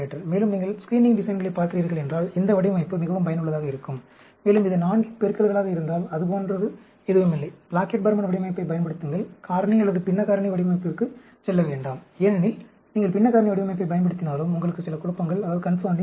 மேலும் நீங்கள் ஸ்கிரீனிங் டிசைன்களைப் பார்க்கிறீர்கள் என்றால் இந்த வடிவமைப்பு மிகவும் பயனுள்ளதாக இருக்கும் மேலும் இது 4 இன் பெருக்கல்களாக இருந்தால் அது போன்றது எதுவுமில்லை பிளாக்கெட் பர்மன் வடிவமைப்பைப் பயன்படுத்துங்கள் காரணி அல்லது பின்ன காரணி வடிவமைப்பிற்கு செல்ல வேண்டாம் ஏனெனில் நீங்கள் பின்ன காரணி வடிவமைப்பைப் பயன்படுத்தினாலும் உங்களுக்கு சில குழப்பங்கள் உள்ளன